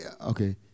okay